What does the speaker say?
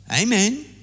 Amen